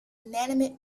inanimate